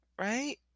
Right